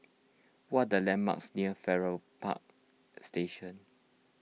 what are landmarks near Farrer Park Station